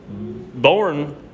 born